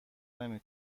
نمی